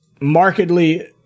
markedly